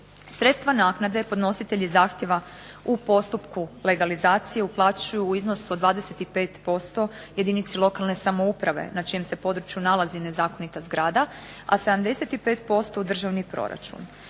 Sredstva naknade podnositelji zahtjeva u postupku legalizacije uplaćuju u iznos od 25% jedinici lokalne samouprave na čijem se području nalazi nezakonita zgrada, a 75% u državni proračun.